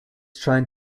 trying